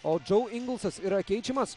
o džau ingelsas yra keičiamas